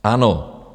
Ano.